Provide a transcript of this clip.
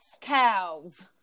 Cows